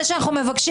מי נמנע?